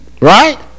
right